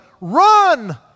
run